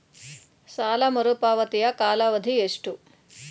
ಸಾಲ ಮರುಪಾವತಿಯ ಕಾಲಾವಧಿ ಎಷ್ಟು?